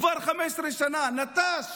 כבר 15 שנה נטש